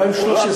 אז ב-2013,